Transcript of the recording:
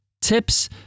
tips